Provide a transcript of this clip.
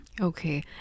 Okay